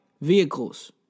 vehicles